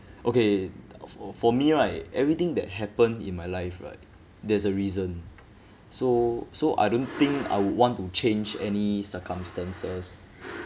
okay f~ for me right everything that happen in my life right there's a reason so so I don't think I would want to change any circumstances